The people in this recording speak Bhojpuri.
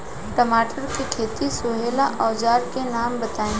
टमाटर के खेत सोहेला औजर के नाम बताई?